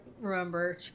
remember